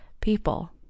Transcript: people